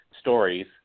stories